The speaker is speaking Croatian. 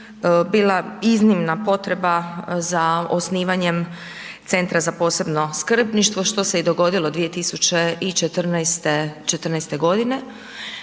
bila iznimna potreba za osnivanjem Centra za posebno skrbništvo što se i dogodilo 2014. godine.